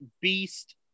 beast